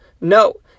No